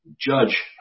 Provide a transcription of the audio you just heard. judge